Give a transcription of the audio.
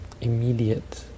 immediate